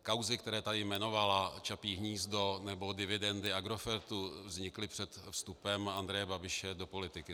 Kauzy, které tady jmenovala, Čapí hnízdo nebo dividendy Agrofertu, vznikly před vstupem Andreje Babiše do politiky.